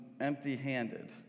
empty-handed